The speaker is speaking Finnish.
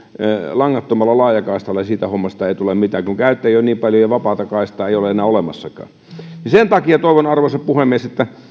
langattomalla laajakaistalla siitä hommasta ei tule mitään kun käyttäjiä on niin paljon ja vapaata kaistaa ei ole enää olemassakaan sen takia toivon arvoisa puhemies että